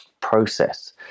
process